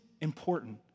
important